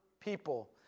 people